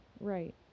right